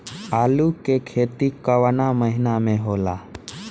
आलू के खेती कवना महीना में होला?